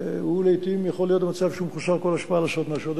הוא לעתים יכול להיות במצב שהוא מחוסר כל השפעה לעשות משהו.